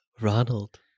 Ronald